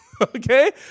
okay